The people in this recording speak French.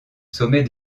sommet